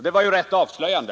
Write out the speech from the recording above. Det var ju rätt avslöjande.